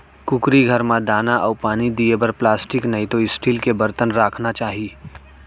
कुकरी घर म दाना अउ पानी दिये बर प्लास्टिक नइतो स्टील के बरतन राखना चाही